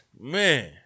Man